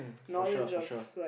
for sure for sure